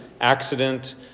accident